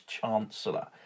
Chancellor